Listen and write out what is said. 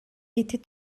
était